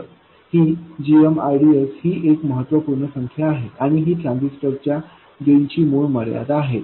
तर ही gmrds ही एक महत्त्वपूर्ण संख्या आहे आणि ही ट्रान्झिस्टर च्या गेनची मूळ मर्यादा आहे